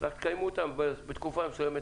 רק שהם צריכים לקיים אותם בתקופה מסוימת